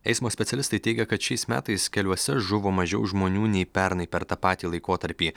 eismo specialistai teigia kad šiais metais keliuose žuvo mažiau žmonių nei pernai per tą patį laikotarpį